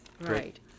right